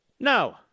No